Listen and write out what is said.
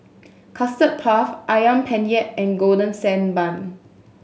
Custard Puff Ayam Penyet and Golden Sand Bun